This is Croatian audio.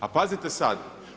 A pazite sad!